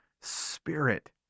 spirit